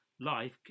life